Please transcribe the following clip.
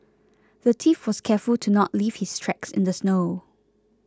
the thief was careful to not leave his tracks in the snow